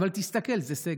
אבל תסתכל, זה סגר.